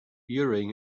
urim